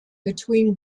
between